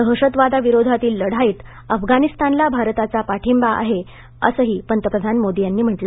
दहशतवादाविरोधातील लढाईत अफगाणिस्तानला भारताचा पाठींबा आहे असंही पंतप्रधान मोदी म्हणाले